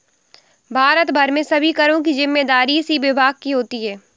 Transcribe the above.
भारत भर में सभी करों की जिम्मेदारी इसी विभाग की होती है